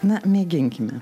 na mėginkime